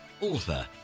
author